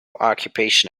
occupation